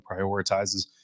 prioritizes